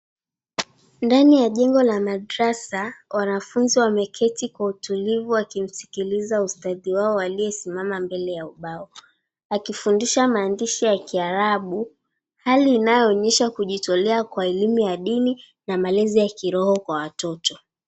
Ndani ya jengo la Madrasa wanafunzi wameketi kwa utulivu wakimuskiliza ustadi wao aliyesimama mbele ya ubao, akifundisha maandishi ya kiarabu. Hali inaonyesha kujitolea kwa elimu ya dini na malezi ya kiroho kwa watoto.